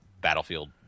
battlefield